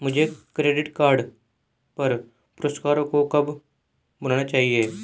मुझे credit card पर पुरस्कारों को कब भुनाना चाहिए?